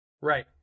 Right